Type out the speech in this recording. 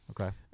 Okay